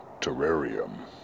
Terrarium